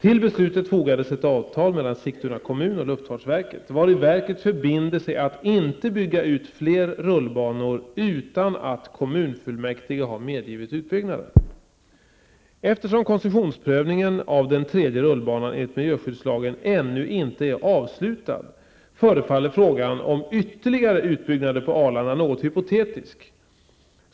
Till beslutet fogades ett avtal mellan Sigtuna kommun och luftfartsverket, vari verket förbinder sig att inte bygga ut fler rullbanor utan att kommunfullmäktige har medgivit utbyggnaden. Eftersom koncessionsprövningen av den tredje rullbanan enligt miljöskyddslagen ännu inte är avslutad förefaller frågan om ytterligare utbyggnader på Arlanda något hypotetisk.